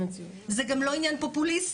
זה גם לא עניין פופוליסטי.